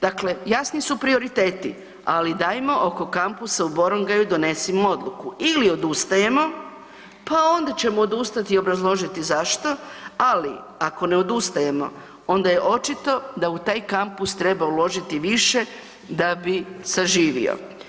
Dakle, jasni su prioriteti, ali dajmo oko Kampusa u Borongaju donesimo odluku, ili odustajemo pa onda ćemo odustati i obrazložiti zašto, ali ako ne odustajemo, onda je očito da u taj kampus treba uložiti više da bi saživio.